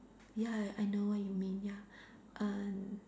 ya I know what you mean ya err